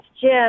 Jim